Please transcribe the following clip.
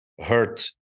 hurt